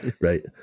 right